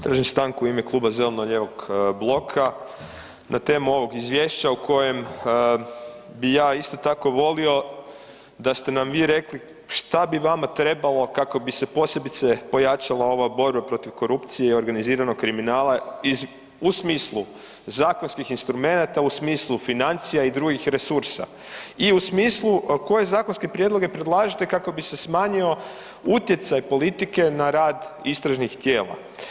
Tražim stanku u ime kluba Zeleno-lijevog bloka na temu ovog izvješća u kojem bi ja isto tako volio da ste na vi rekli šta bi vama trebalo kako bi se posebice pojačala ova borba protiv korupcije i organiziranog kriminala u smislu zakonskih instrumenata, u smislu financija i drugih resursa i u smislu koje zakonske prijedloge predlažete kako bi se smanjio utjecaj politike na rad istražnih tijela.